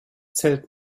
zählt